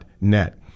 Net